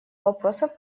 вопросов